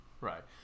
Right